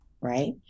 right